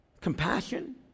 compassion